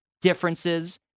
differences